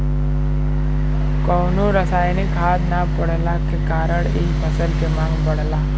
कवनो रासायनिक खाद ना पड़ला के कारण इ फसल के मांग बढ़ला